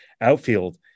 outfield